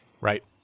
Right